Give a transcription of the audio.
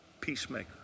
Peacemaker